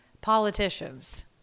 politicians